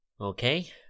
Okay